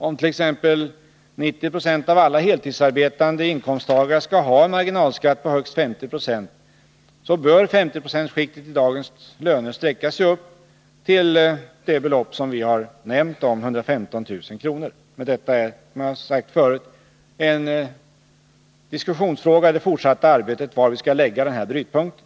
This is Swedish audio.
Om t.ex. 90 920 av alla heltidsarbetande inkomsttagare skall ha en marginalskatt på högst 50 26, så bör 50-procentsskiktet i dagens löner sträcka sig upp till det belopp som vi har nämnt, 115 000 kr. Men det är, som jag har sagt förut, en diskussionsfråga i det fortsatta arbetet var vi skall lägga den här brytpunkten.